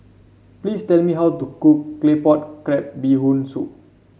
please tell me how to cook Claypot Crab Bee Hoon Soup